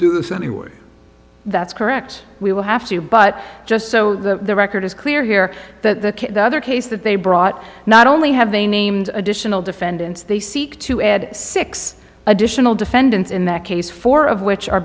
do this anyway that's correct we will have to but just so the record is clear here the other case that they brought not only have they named additional defendants they seek to add six additional defendants in that case four of which are